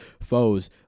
foes